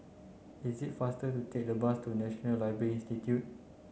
is it faster to take the bus to National Library Institute